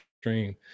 stream